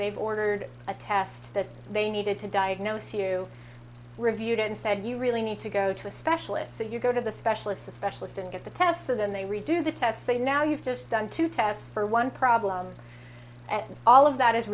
they've ordered a test that they needed to diagnose you reviewed and said you really need to go to a specialist so you go to the specialist specialist and get the tests and then they redo the test say now you've just done to test for one problem and all of that is